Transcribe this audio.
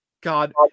God